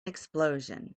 explosion